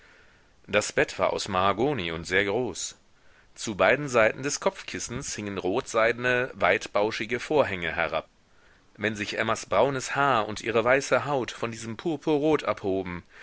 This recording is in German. das bett war aus mahagoni und sehr groß zu beiden seiten des kopfkissens hingen rotseidne weitbauschige vorhänge herab wenn sich emmas braunes haar und ihre weiße haut von diesem purpurrot abhoben